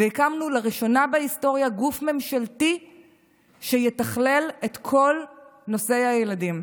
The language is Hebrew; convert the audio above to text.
הקמנו לראשונה בהיסטוריה גוף ממשלתי שיתכלל את כל נושא הילדים.